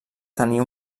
tenir